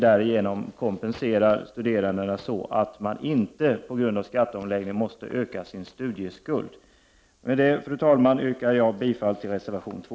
Därigenom har vi kompenserat de studerande, så att de inte behöver öka sina studieskulder på grund av skatteomläggningen. Fru talman! Härmed yrkar jag bifall till reservation nr 2.